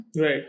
Right